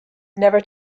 never